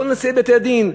מכל נשיאי בתי-הדין,